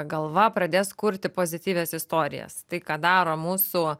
galva pradės kurti pozityvias istorijas tai ką daro mūsų